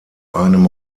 einem